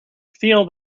feel